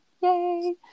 Yay